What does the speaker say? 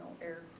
air